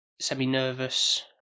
semi-nervous